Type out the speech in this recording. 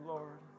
Lord